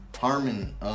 Harmon